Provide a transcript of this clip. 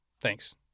Thanks